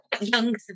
young